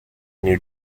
new